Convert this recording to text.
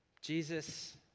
Jesus